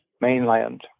mainland